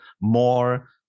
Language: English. more